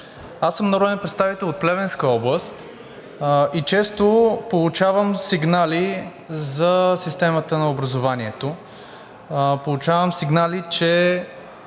Аз съм народен представител от Плевенска област и често получавам сигнали за системата на образованието. Получавам сигнали, че